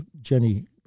Jenny